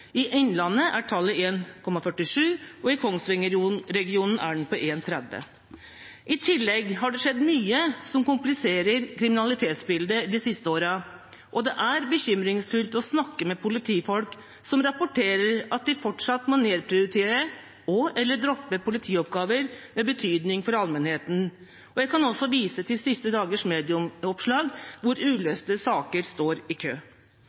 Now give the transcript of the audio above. I Innlandet er tallet 1,47 og i Kongsvinger-regionen er den på 1,30. I tillegg har det skjedd mye som kompliserer kriminalitetsbildet, de siste årene, og det er bekymringsfullt å snakke med politifolk som rapporterer at de fortsatt må nedprioritere og/eller droppe politioppgaver med betydning for allmennheten. Jeg kan også vise til siste dagers medieoppslag om at uløste saker står i kø.